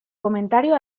comentario